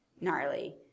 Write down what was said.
Gnarly